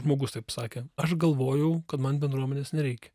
žmogus taip sakė aš galvojau kad man bendruomenės nereikia